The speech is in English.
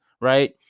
right